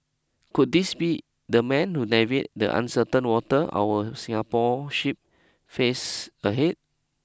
could this be the man to navy the uncertain waters our Singapore ship face ahead